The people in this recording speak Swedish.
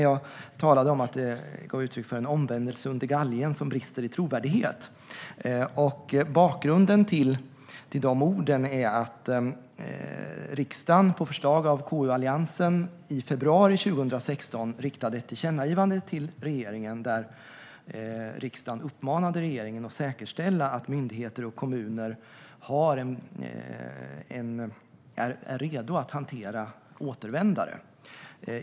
Jag talade om att det gav uttryck för en omvändelse under galgen som brister i trovärdighet. Bakgrunden till de orden är att riksdagen på förslag av KU-alliansen i februari 2016 riktade ett tillkännagivande till regeringen, där riksdagen uppmanade regeringen att säkerställa att myndigheter och kommuner är redo att hantera återvändare.